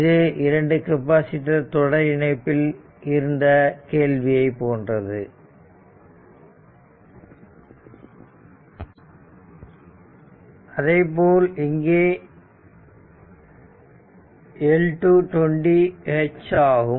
இது 2 கெப்பாசிட்டர் தொடர் இணைப்பில் இருந்த கேள்வியை போன்றது அதேபோல் இங்கே L2 20 H ஆகும்